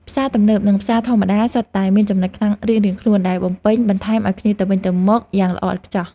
ផ្សារទំនើបនិងផ្សារធម្មតាសុទ្ធតែមានចំណុចខ្លាំងរៀងៗខ្លួនដែលបំពេញបន្ថែមឱ្យគ្នាទៅវិញទៅមកយ៉ាងល្អឥតខ្ចោះ។